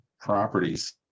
properties